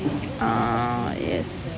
uh yes